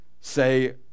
say